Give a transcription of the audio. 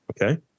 Okay